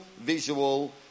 visual